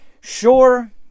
sure